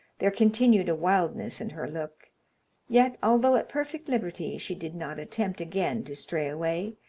there continued a wildness in her look yet, although at perfect liberty, she did not attempt again to stray away,